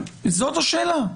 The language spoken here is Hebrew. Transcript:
זאת השאלה.